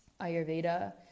Ayurveda